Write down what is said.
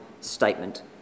statement